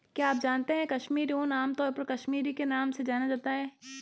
क्या आप जानते है कश्मीरी ऊन, आमतौर पर कश्मीरी के नाम से जाना जाता है?